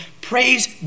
Praise